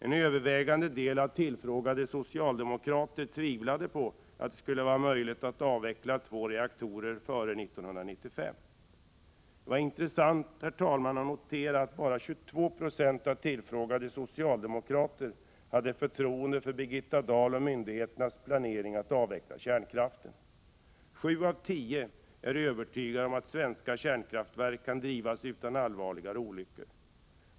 En övervägande del av tillfrågade socialdemokrater tvivlade på att det skulle vara möjligt att avveckla två reaktorer före 1995. Det var intressant att notera att bara 22 9o av de tillfrågade socialdemokraterna hade förtroende för Birgitta Dahl och för myndigheternas planering när det gäller att avveckla kärnkraften. Sju av tio är övertygade om att svenska kärnkraftverk kan drivas utan allvarligare olyckor.